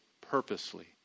purposely